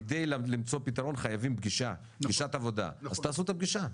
כדי למצוא פתרון חייבים פגישת עבודה אז תעשו את הפגישה.